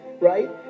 right